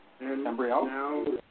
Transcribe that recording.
Embryo